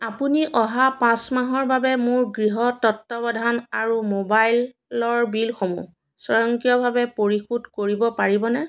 আপুনি অহা পাঁচ মাহৰ বাবে মোৰ গৃহ তত্বাৱধান আৰু মোবাইলৰ বিলসমূহ স্বয়ংক্ৰিয়ভাৱে পৰিশোধ কৰিব পাৰিবনে